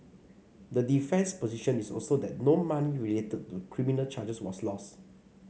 the defence position is also that no money related to the criminal charges was lost